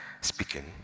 speaking